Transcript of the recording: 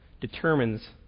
determines